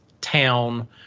town